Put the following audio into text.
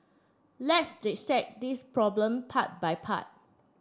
let's dissect this problem part by part